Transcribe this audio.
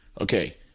Okay